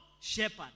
shepherd